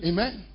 Amen